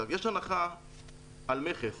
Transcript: יש הנחה על מכס